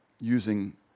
using